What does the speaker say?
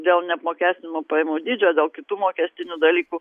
dėl neapmokestinamo pajamų dydžio dėl kitų mokestinių dalykų